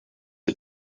are